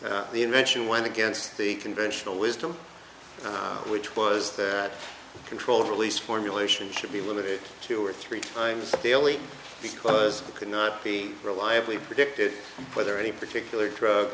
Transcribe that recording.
drug the invention went against the conventional wisdom which was that controlled release formulation should be limited two or three times daily because it could not be reliably predict whether any particular drug